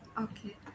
okay